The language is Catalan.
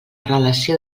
relació